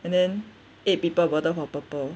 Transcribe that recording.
and then eight people voted for purple